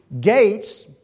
gates